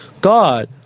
God